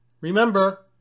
Remember